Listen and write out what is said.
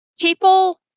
People